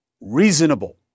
reasonable